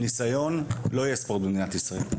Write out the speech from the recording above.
עם ניסיון לא יהיה ספורט במדינת ישראל,